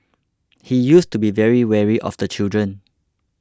he used to be very wary of the children